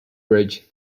ridge